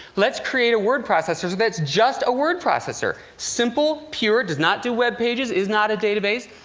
let's create a word processor that's just a word processor simple, pure does not do web pages, is not a database.